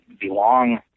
belong